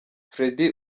freddy